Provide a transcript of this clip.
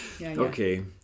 okay